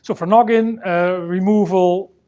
so for noggin removal.